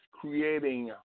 creating